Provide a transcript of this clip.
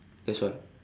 that's all